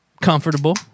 comfortable